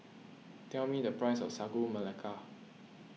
tell me the price of Sagu Melaka